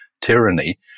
tyranny